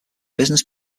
business